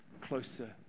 closer